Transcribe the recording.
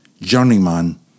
journeyman